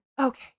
okay